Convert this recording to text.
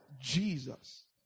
Jesus